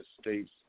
states